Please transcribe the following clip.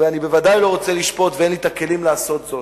ואני בוודאי לא רוצה לשפוט ואין לי הכלים לעשות זאת,